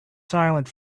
silent